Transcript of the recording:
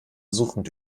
suchend